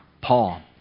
Paul